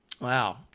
Wow